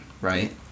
Right